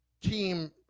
team